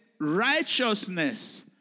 righteousness